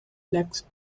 blacks